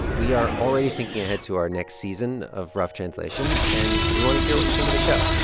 we are already thinking ahead to our next season of rough translation. and we want to hear what you think of the show.